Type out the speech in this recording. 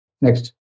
Next